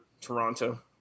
toronto